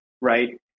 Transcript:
right